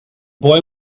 boy